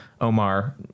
Omar